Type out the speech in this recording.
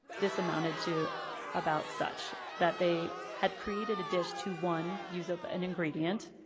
this amounted to about such, that they had created a dish to one, use up an ingredient,